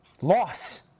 loss